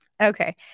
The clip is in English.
Okay